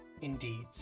indeed